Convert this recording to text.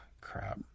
crap